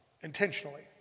intentionally